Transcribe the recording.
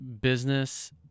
business